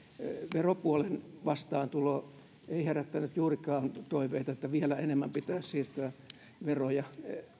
veropuolen vastaantulo ei herättänyt juurikaan toiveita että vielä enemmän pitäisi siirtää veroja